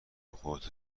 خودتو